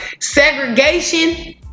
Segregation